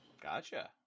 Gotcha